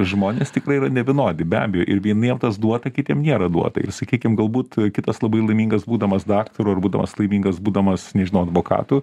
žmonės tikrai yra nevienodi be abejo ir vieniem tas duota kitiem nėra duota ir sakykim galbūt kitas labai laimingas būdamas daktaru ar būdamas laimingas būdamas nežinau advokatu